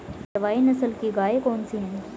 भारवाही नस्ल की गायें कौन सी हैं?